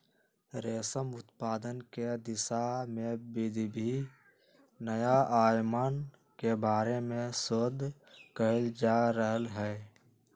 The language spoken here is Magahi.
रेशम उत्पादन के दिशा में विविध नया आयामन के बारे में शोध कइल जा रहले है